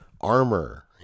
armor